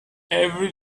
every